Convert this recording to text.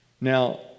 now